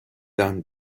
done